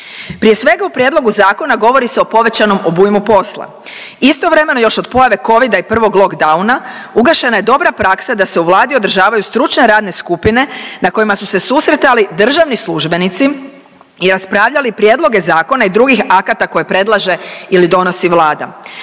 Prije svega u prijedlogu zakona govori se o povećanom obujmu posla, istovremeno još od pojave covida i prvog lockdowna ugašena je dobra praksa da se u Vladi održavaju stručne radne skupine na kojima su se susretali državni službenici i raspravljali prijedloge zakona i drugih akata koje predlaže ili donosi Vlade.